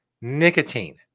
nicotine